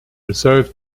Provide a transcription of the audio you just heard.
reserve